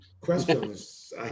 questions